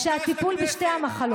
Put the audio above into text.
בעד רם בן ברק,